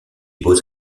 beaux